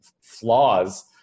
flaws